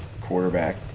quarterback